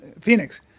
Phoenix